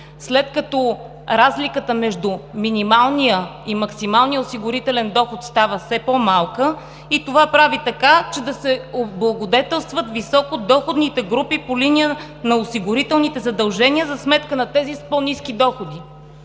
след като разликата между минималния и максималния осигурителен доход става все по-малка и това прави така, че да се облагодетелстват високодоходните групи по линия на осигурителните задължения, за сметка на тези с по-ниски доходи?